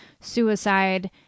suicide